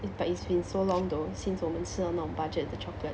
it but it's been so long though since 我们吃到那种 budget 的 chocolate